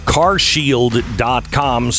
carshield.com